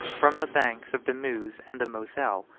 from the banks of the meuse and the moselle,